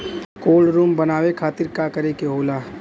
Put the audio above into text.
Cold room बनावे खातिर का करे के होला?